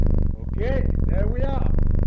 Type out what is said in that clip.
okay, there we are